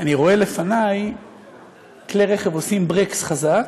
אני רואה לפני כלי רכב עושים ברקס חזק,